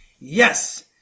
Yes